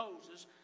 Moses